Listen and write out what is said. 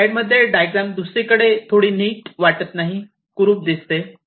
वर स्लाईड मध्ये डायग्राम दुसरीकडे थोडी नीट वाटत नाही कुरूप दिसते